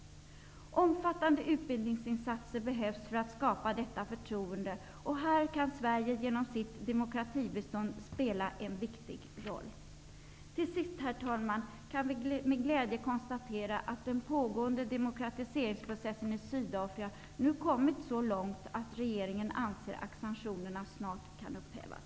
Omfattande utbildningsinsatser behövs för att skapa detta förtroende, och här kan Sverige genom sitt demokratibistånd spela en viktig roll. Till sist, herr talman, kan vi med glädje konstatera att den pågående demokratiseringsprocessen i Sydafrika nu kommit så långt att regeringen anser att sanktionerna snart kan upphävas.